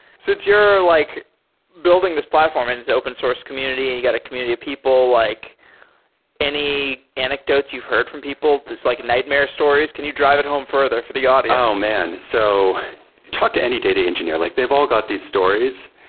since you're like building this platform and it's open source community and you got a community of people. like any anecdotes you've heard from people that's like nightmare stories? can you drive it home further for the audience? oh man! so talk to any data engineer, like they've all got these stories.